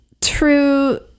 true